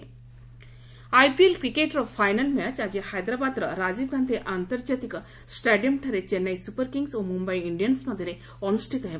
IPL IPL କ୍ରିକେଟ୍ର final match ଆଜି ହାଇଦ୍ରାବାଦ୍ର ରାଜୀବ ଗାନ୍ଧି ଆନ୍ତର୍ଜାତିକ ଷ୍ଟାଡିୟମ୍ଠାରେ ଚେନ୍ନାଇ ସୁପର କିଙ୍ଗସ୍ ଓ ମୁମ୍ୟାଇ ଇଣ୍ଡିଆନ୍ସ ମଧ୍ୟରେ ଅନୁଷ୍ଠିତ ହେବ